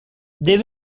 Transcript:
they